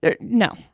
No